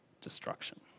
destruction